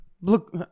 look